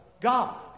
God